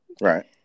right